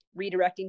redirecting